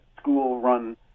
school-run